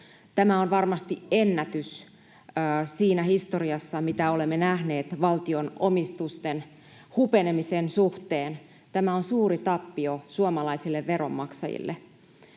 Tämä on varmasti ennätys siinä historiassa, mitä olemme nähneet valtion omistusten hupenemisen suhteen. Tämä on suuri tappio suomalaisille veronmaksajille.